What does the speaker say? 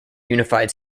unified